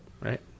Right